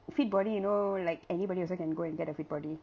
fit body you know like anybody also can go and get a fit body